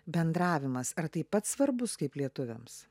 bendravimas ar taip pat svarbus kaip lietuviams